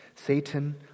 Satan